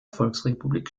volksrepublik